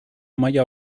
maila